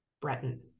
Breton